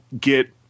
get